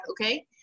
okay